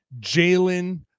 Jalen